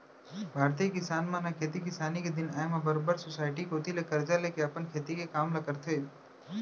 भारतीय किसान मन ह खेती किसानी के दिन आय म बरोबर सोसाइटी कोती ले करजा लेके अपन खेती के काम ल करथे